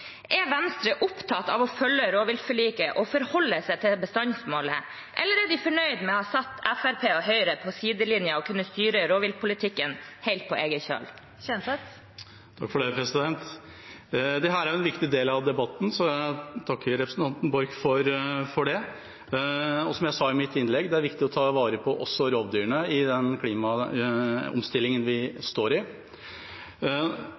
Er Venstre opptatt av å følge rovviltforliket og forholde seg til bestandsmålet, eller er de fornøyd med å ha satt Fremskrittspartiet og Høyre på sidelinjen og kunne styre rovviltpolitikken helt etter eget skjønn? Dette er en viktig del av debatten, så jeg takker representanten Borch for det spørsmålet. Som jeg sa i mitt innlegg, er det viktig å ta vare på rovdyrene også i den klimaomstillingen vi